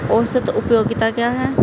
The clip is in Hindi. औसत उपयोगिता क्या है?